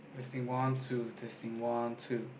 testing one two testing one two